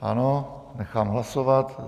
Ano, nechám hlasovat.